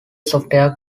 software